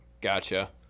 gotcha